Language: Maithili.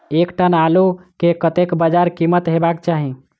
एक टन आलु केँ कतेक बजार कीमत हेबाक चाहि?